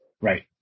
Right